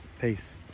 Peace